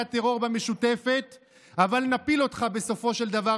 הטרור במשותפת אבל נפיל אותך בסופו של דבר,